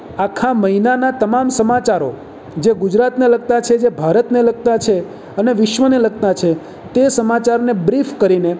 આખા મહિનાના તમામ સમાચારો જે ગુજરાતને લગતા છે જે ભારતના લગતા છે અને વિશ્વને લગતા છે તે સમાચારને બ્રિફ કરીને